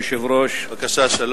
בבקשה.